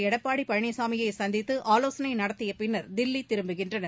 எடப்பாடி பழனிசாமியை சந்தித்து ஆலோசனை நடத்திய பின்னர் தில்லி திரும்புகின்றனர்